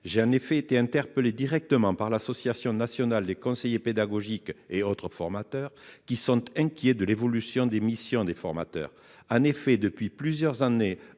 J'ai en effet été interpellé directement par l'Association nationale des conseillers pédagogiques et autres formateurs, qui s'inquiète de l'évolution des missions de ses adhérents. Depuis plusieurs années